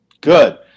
Good